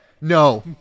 No